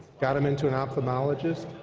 got him and to an ophthalmologist.